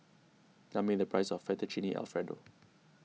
tell me the price of Fettuccine Alfredo